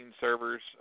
servers